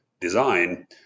design